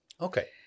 Okay